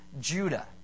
Judah